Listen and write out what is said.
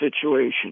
situation